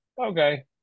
okay